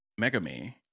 Megami